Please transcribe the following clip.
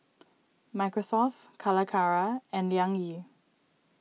Microsoft Calacara and Liang Yi